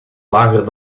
lager